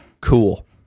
Cool